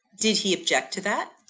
did he object to that?